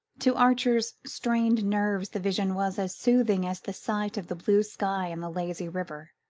to archer's strained nerves the vision was as soothing as the sight of the blue sky and the lazy river.